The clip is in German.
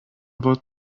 wort